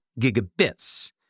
gigabits